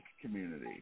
community